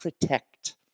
protect